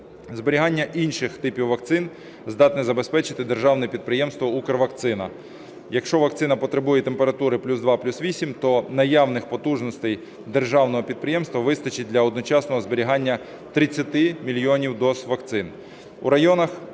Зберігання інших типів вакцин здатне забезпечити державне підприємство "Укрвакцина". Якщо вакцина потребує температури плюс 2 - плюс 8, то наявних потужностей державного підприємства вистачить для одночасного зберігання 30 мільйонів доз вакцин.